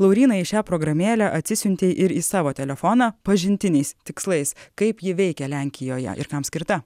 laurynai šią programėlę atsisiuntei ir į savo telefoną pažintiniais tikslais kaip ji veikia lenkijoje ir kam skirta